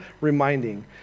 reminding